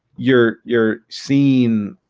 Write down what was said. your your scene